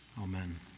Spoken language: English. Amen